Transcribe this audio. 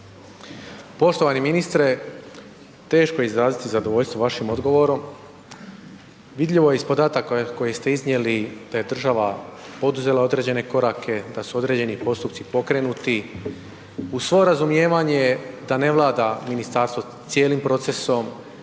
Poštovani ministre, teško je izraziti zadovoljstvo vašim odgovorom, vidljivo je iz podataka koje ste iznijeli da je država poduzela određene korake, da su određeni postupci pokrenuti, uz svo razumijevanje da ne vlada ministarstvo cijelim procesom,